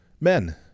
Men